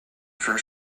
for